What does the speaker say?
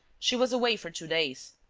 she was away for two days.